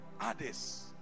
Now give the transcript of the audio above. others